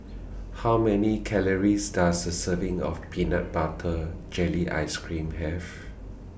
How Many Calories Does A Serving of Peanut Butter Jelly Ice Cream Have